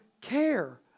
care